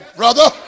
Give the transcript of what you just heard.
brother